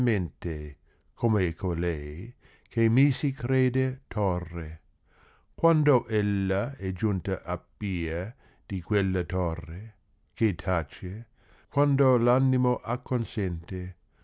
baldanzosamente come colei che mi si crede torre quando ella è giunta aff iè di quella torre che tace quando v animo acconsente